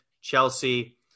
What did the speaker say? Chelsea